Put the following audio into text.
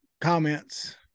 comments